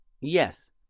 Yes